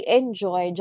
enjoy